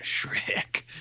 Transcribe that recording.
Shrek